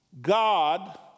God